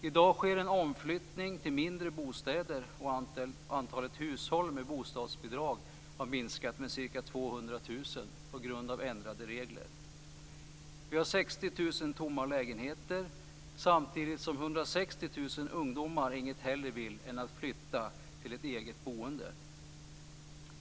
I dag sker en omflyttning till mindre bostäder, och antalet hushåll med bostadsbidrag har på grund av ändrade regler minskat med ca 200 000. Vi har 60 000 tomma lägenheter, samtidigt som 160 000 ungdomar inget hellre vill än att flytta till ett eget boende.